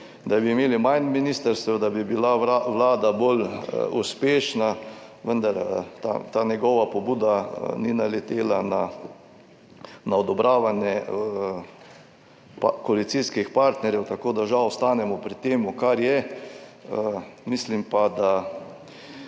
da bi imeli manj ministrstev, da bi bila Vlada bolj uspešna, vendar ta njegova pobuda ni naletela na odobravanje, pa koalicijskih partnerjev tako da žal ostanemo pri tem kar je, mislim, da